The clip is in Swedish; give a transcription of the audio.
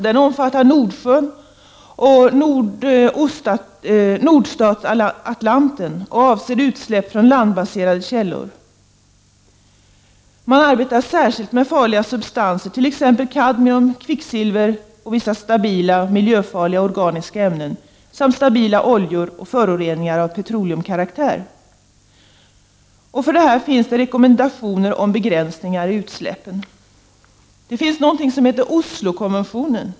Den omfattar Nordsjön och Nordostatlanten och avser utsläpp från landbaserade källor. Man arbetar särskilt med farliga substanser, t.ex. kadmium, kvicksilver och vissa stabila och miljöfarliga organiska ämnen samt stabila oljor och föroreningar av petroleumkaraktär. För detta finns det rekommendationer om begränsningar i utsläppen. Vidare finns det någonting som heter Oslokonventionen.